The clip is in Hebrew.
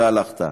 והלכת.